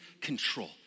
control